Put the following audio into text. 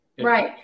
Right